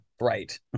Right